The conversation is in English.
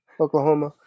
Oklahoma